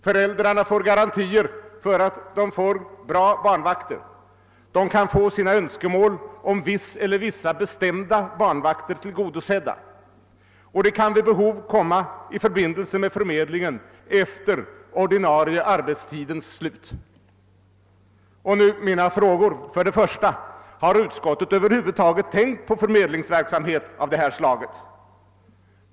Föräldrarna får garantier för att de får bra barnvakter. De kan få sina önskemål om viss eller vissa bestämda barnvakter tillgodosedda, och de kan vid behov komma i förbindelse med förmedlingen efter den ordinarie arbetstidens slut. Och nu till mina frågor. För det första: Har utskottet över huvud tänkt på förmedlingsverksamhet av det här slaget?